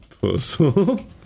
puzzle